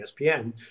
ESPN